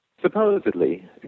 Supposedly